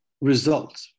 result